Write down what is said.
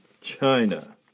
China